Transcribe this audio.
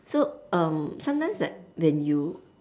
so um sometimes like when you